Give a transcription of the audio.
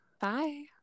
Bye